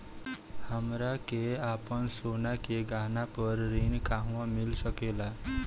हमरा के आपन सोना के गहना पर ऋण कहवा मिल सकेला?